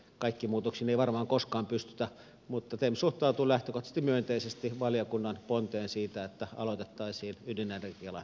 kaikkiin muutoksiin ei varmaan koskaan pystytä mutta tem suhtautuu lähtökohtaisesti myönteisesti valiokunnan ponteen siitä että aloitettaisiin ydinenergialain kokonaistarkastelu